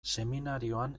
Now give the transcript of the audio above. seminarioan